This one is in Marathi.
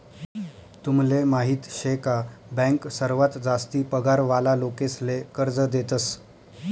तुमले माहीत शे का बँक सर्वात जास्ती पगार वाला लोकेसले कर्ज देतस